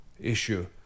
issue